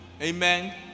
Amen